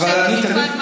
יש אוטובוסים ריקים.